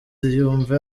yumve